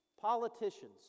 Politicians